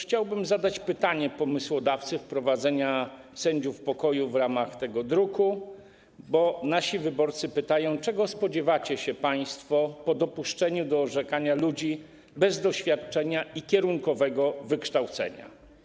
Chciałbym zadać pytanie pomysłodawcy wprowadzenia sędziów pokoju w ramach tego druku, bo nasi wyborcy pytają, czego spodziewacie się państwo po dopuszczeniu do orzekania ludzi bez doświadczenia i kierunkowego wykształcenia.